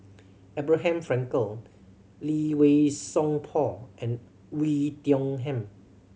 Abraham Frankel Lee Wei Song Paul and Oei Tiong Ham